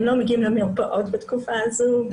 הם לא מגיעים למרפאות בתקופה הזו אבל